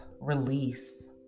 Release